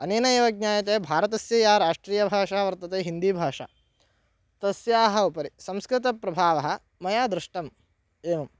अनेन एव ज्ञायते भारतस्य या राष्ट्रीयभाषा वर्तते हिन्दीभाषा तस्याः उपरि संस्कृतप्रभावः मया दृष्टम् एवं